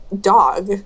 dog